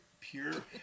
pure